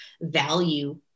value